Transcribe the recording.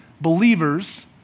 believers